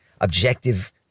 objective